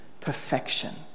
perfection